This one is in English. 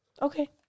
Okay